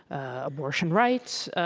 abortion rights.